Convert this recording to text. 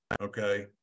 Okay